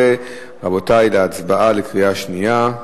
2011, רבותי, הצבעה בקריאה שנייה.